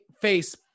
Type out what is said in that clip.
face